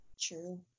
True